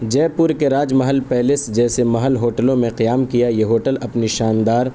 جے پور کے راج محل پیلیس جیسے محل ہوٹلوں میں قیام کیا یہ ہوٹل اپنی شاندار